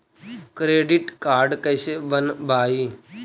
Credit card कैसे बनवाई?